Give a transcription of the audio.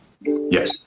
Yes